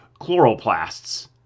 chloroplasts